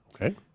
Okay